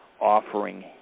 offering